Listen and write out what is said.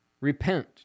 Repent